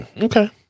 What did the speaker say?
Okay